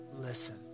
listen